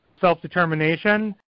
self-determination